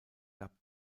gab